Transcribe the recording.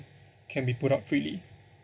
can be put out freely